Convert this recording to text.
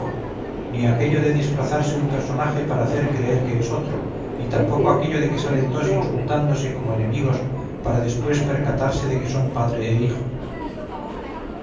ni aquello de disfrazarse un personaje para hacer creer que es otro ni tampoco aquello de que salen dos insultándose como enemigos para después percatarse de que son padre e hijo